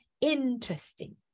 interesting